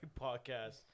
podcast